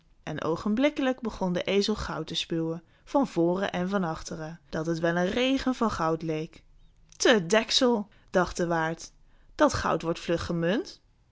en oogenblikkelijk begon den ezel goud te spuwen van voren en van achteren dat het wel een regen van goud leek te deksel dacht de waard dat goud wordt vlug gemunt